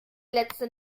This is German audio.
letzte